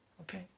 okay